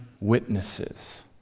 witnesses